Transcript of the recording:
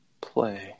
play